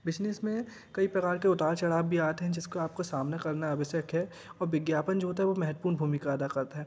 business में कई प्रकार के उतार चढ़ाव भी आते हैं जिसका आपको सामना करना आवश्यक है और विज्ञापन जो होता है वो महत्वपूर्ण भूमिका अदा करता है